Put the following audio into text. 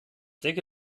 denke